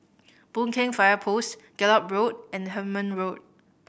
Boon Keng Fire Post Gallop Road and Hemmant Road